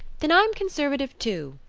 then i'm conservative too,